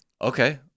Okay